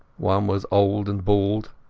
one was old and bald,